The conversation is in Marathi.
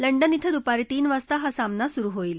लंडन िंग दुपारी तीन वाजता हा सामना सुरु होईल